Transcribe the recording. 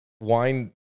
Wine